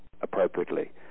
appropriately